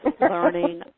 learning